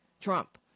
Trump